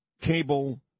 cable